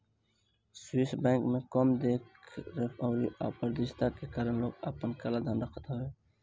Swiss bank में कम देख रेख अउरी अपारदर्शिता के कारण लोग आपन काला धन रखत हवे